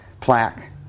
plaque